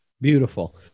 Beautiful